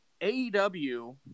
AEW